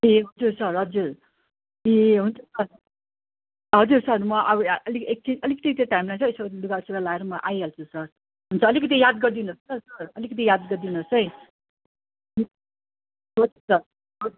ए हजुर सर हजुर ए हुन्छ हवस् हजुर सर म अलि एकछिन अलिकति चाहिँ टाइम लाग्छ यसो लुगासुगा लगाएर म आइहाल्छु सर हुन्छ अलिकति याद गरिदिनु होस् ल सर अलिकति याद गरिदिनु होस् है हजुर सर हजुर